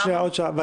הוא